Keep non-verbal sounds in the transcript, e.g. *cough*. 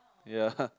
ya *laughs*